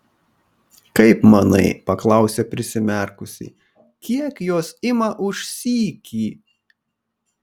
kaip manai paklausė prisimerkusi kiek jos ima už sykį